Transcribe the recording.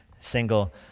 single